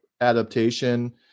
adaptation